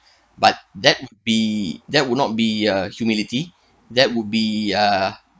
but that would be that would not be uh humility that would be uh